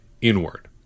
Inward